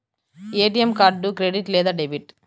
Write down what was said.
ATM card credit లేదా debit?